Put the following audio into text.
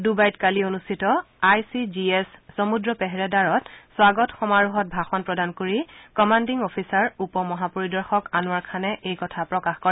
ডুবাইত কালি অনুষ্ঠিত আই চি জি এছ সমুদ্ৰ পেহেৰেদাৰত স্বাগত সমাৰোহত ভাষণ প্ৰদান কৰি কমাণ্ডিং অফিচাৰ উপ মহাপৰিদৰ্শক অনোৱাৰ খানে এই কথা প্ৰকাশ কৰে